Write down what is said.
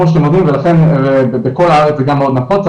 כמו שאתם יודעים ולכן בכל הארץ זה גם מאוד נפוץ,